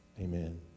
Amen